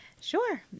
Sure